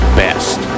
best